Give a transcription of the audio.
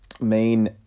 main